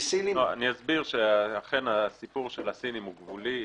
אכן הסיפור של הסינים הוא גבולי.